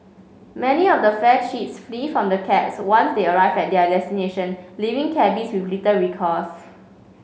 many of the fare cheats flee from the cabs once they arrive at their destination leaving cabbies with litter recourse